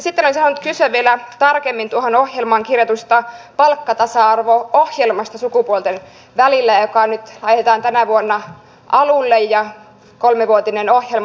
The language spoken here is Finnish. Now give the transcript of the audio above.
sitten olisin halunnut kysyä vielä tarkemmin tuohon ohjelmaan kirjatusta palkkatasa arvo ohjelmasta sukupuolten välillä joka nyt laitetaan tänä vuonna alulle kolmivuotinen ohjelma